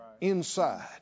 inside